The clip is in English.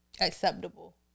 acceptable